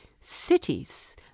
cities